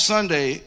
Sunday